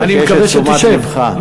אני מבקש את תשומת לבך.